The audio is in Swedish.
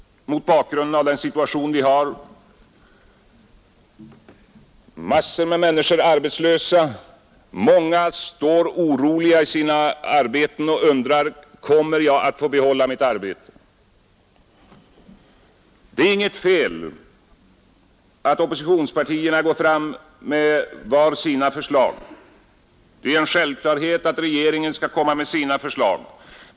Jag säger detta mot bakgrunden av den situation vi har — massor med människor är arbetslösa, många står oroliga i sina arbeten och undrar: Kommer jag att få behålla mitt arbete? Det är inget fel att oppositionspartierna går fram med var sina förslag. Det är en självklarhet att regeringen skall komma med sina förslag.